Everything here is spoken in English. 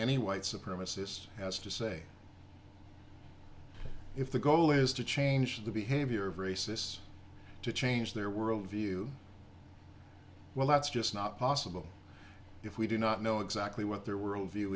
any white supremacist has to say if the goal is to change the behavior of racists to change their world view well that's just not possible if we do not know exactly what their worldview